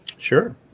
Sure